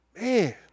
Man